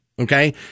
Okay